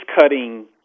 cutting